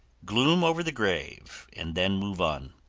gloom over the grave and then move on.